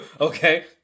Okay